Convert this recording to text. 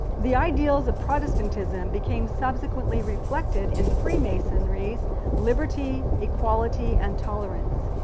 the ideals of protestantism became subsequently reflected in freemasonry's liberty, equality, and tolerance.